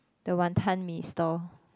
the Wanton-Mee stall